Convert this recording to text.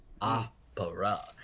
opera